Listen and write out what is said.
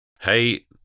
Hey